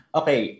okay